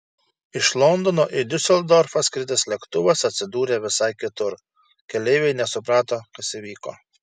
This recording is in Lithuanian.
iš londono į diuseldorfą skridęs lėktuvas atsidūrė visai kitur keleiviai nesuprato kas įvyko